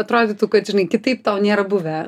atrodytų kad žinai kitaip tau nėra buvę